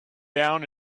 down